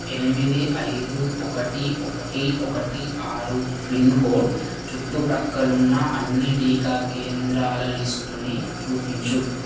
ఎనిమిది ఐదు ఒకటి ఒకటి ఒకటి ఆరు పిన్కోడ్ చుట్టుప్రక్కలున్న అన్ని టీకా కేంద్రాల లిస్టుని చూపించు